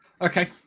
Okay